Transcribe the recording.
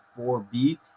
4B